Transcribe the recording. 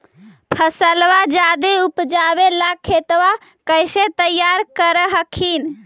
फसलबा ज्यादा उपजाबे ला खेतबा कैसे तैयार कर हखिन?